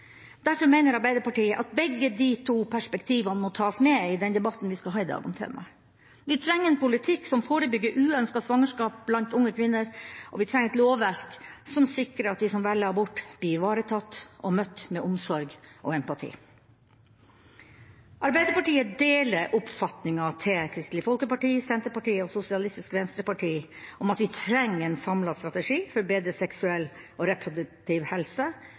Derfor mener Arbeiderpartiet at begge disse to perspektivene må tas med i den debatten vi skal ha i dag om temaet. Vi trenger en politikk som forebygger uønskede svangerskap blant unge kvinner, og vi trenger et lovverk som sikrer at de som velger abort, blir ivaretatt og møtt med omsorg og empati. Arbeiderpartiet deler oppfatningen til Kristelig Folkeparti, Senterpartiet og Sosialistisk Venstreparti om at vi trenger en samlet strategi for bedre seksuell og reproduktiv helse,